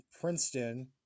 princeton